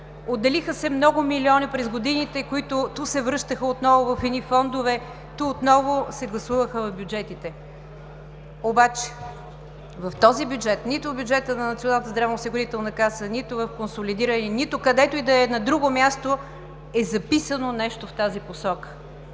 Отделиха се много милиони през годините, които ту се връщаха отново в едни фондове, ту отново се гласуваха в бюджетите. Обаче в този бюджет – нито в бюджета на Националната здравноосигурителна каса, нито в консолидирания, нито където и да е на друго място е записано нещо в тази посока.